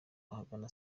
ahagana